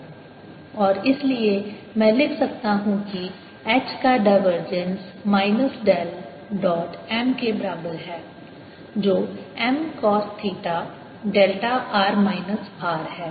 M Mcosθδ और इसलिए मैं लिख सकता हूं कि H का divergence minus del dot M के बराबर है जो M cos theta delta r minus R है